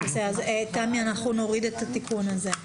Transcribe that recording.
תמי, נוריד את התיקון הזה.